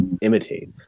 imitate